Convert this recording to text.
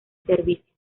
servicio